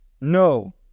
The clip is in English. No